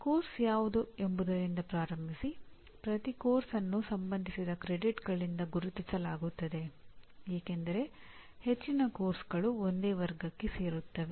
ಪಠ್ಯಕ್ರಮ ಯಾವುದು ಎಂಬುದರಿಂದ ಪ್ರಾರಂಭಿಸಿ ಪ್ರತಿ ಪಠ್ಯಕ್ರಮವನ್ನು ಸಂಬಂಧಿಸಿದ ಕ್ರೆಡಿಟ್ಗಳಿಂದ ಗುರುತಿಸಲಾಗುತ್ತದೆ ಏಕೆಂದರೆ ಹೆಚ್ಚಿನ ಪಠ್ಯಕ್ರಮಗಳು ಒಂದೇ ವರ್ಗಕ್ಕೆ ಸೇರುತ್ತವೆ